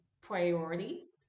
priorities